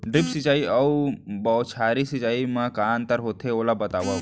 Drip सिंचाई अऊ बौछारी सिंचाई मा का अंतर होथे, ओला बतावव?